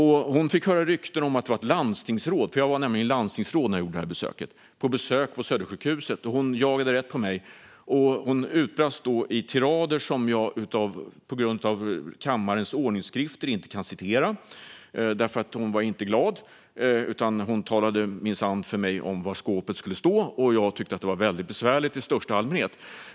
Hon fick höra rykten om att det var ett landstingsråd på besök på Södersjukhuset. Hon jagade rätt på mig och utbrast då i tirader som jag på grund av kammarens ordningsföreskrifter inte kan återge. Hon var inte glad och talade minsann om för mig var skåpet skulle stå, och jag tyckte att det var väldigt besvärligt i största allmänhet.